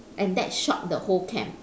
and that shocked the whole camp